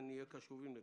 ונהיה קשובים לכך.